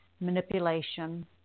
manipulation